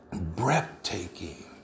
breathtaking